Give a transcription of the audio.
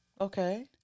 okay